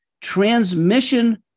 transmission